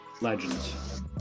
Legends